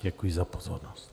Děkuji za pozornost.